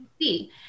see